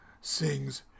sings